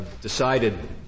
decided